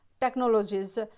Technologies